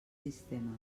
sistemes